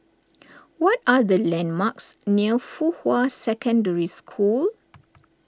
what are the landmarks near Fuhua Secondary School